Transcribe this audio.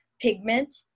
pigment